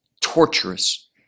torturous